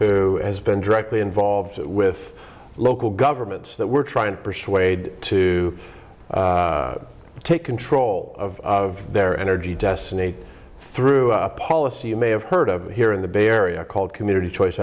who has been directly involved with local governments that we're trying to persuade to take control of their energy destiny through a policy you may have heard of here in the bay area called community choice